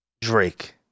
Drake